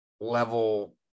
level